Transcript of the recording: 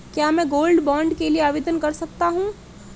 क्या मैं gold bond के लिए आवेदन कर सकता हूं?